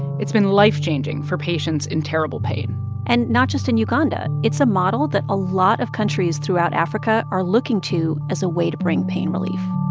it's been life-changing for patients in terrible pain and not just in uganda it's a model that a lot of countries throughout africa are looking to as a way to bring pain relief